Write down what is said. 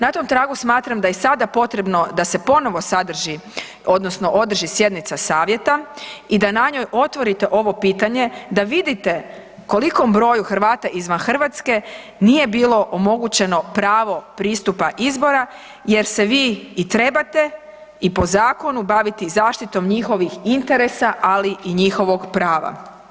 Na tom tragu smatram da i sada potrebno da se ponovo sadrži odnosno održi sjednica Savjeta i da na njoj otvorite ovo pitanje da vidite kolikom broju Hrvate izvan RH nije bilo omogućeno pravo pristupa izbora jer se vi i trebate i po zakonu baviti zaštitom njihovih interesa, ali i njihovog prava.